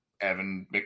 Evan